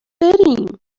بریم